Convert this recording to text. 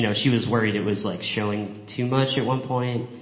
you know she was worried it was like showing too much at one point.